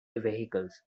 vehicles